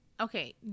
okay